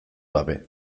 gabe